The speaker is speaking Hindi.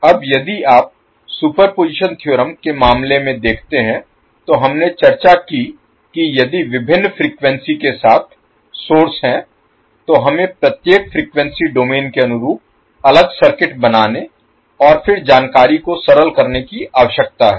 अब यदि आप सुपरपोज़िशन थ्योरम के मामले में देखते हैं तो हमने चर्चा की कि यदि विभिन्न फ्रीक्वेंसी के साथ सोर्स हैं तो हमें प्रत्येक फ्रीक्वेंसी डोमेन के अनुरूप अलग सर्किट बनाने और फिर जानकारी को सरल करने की आवश्यकता है